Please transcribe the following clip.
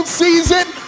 season